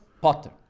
Potter